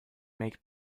make